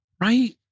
right